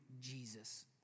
Jesus